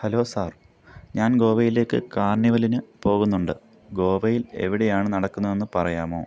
hello sir ഞാൻ ഗോവയിലേക്ക് കാർണിവലിന് പോവുന്നുണ്ട് ഗോവയിൽ എവിടെയാണ് നടക്കുന്നതെന്ന് പറയാമോ